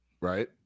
Right